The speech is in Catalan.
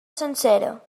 sencera